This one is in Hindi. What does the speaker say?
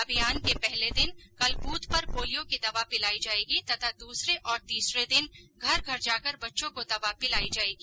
अभियान के पहले दिन कल बूथ पर पोलियो की दवा पिलाई जाएगी तथा दूसरे और तीसरे दिन घर घर जाकर बच्चों को दवा पिलाई जायेगी